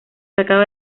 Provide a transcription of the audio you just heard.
sacado